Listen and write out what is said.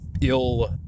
ill-